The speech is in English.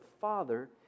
Father